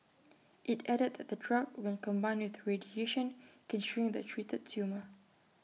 IT added that the drug when combined with radiation can shrink the treated tumour